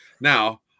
Now